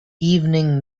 evening